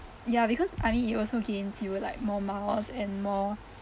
ya because I mean you also gains you will like more miles and more